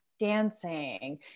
Dancing